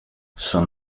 son